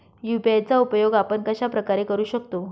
UPI चा उपयोग आपण कशाप्रकारे करु शकतो?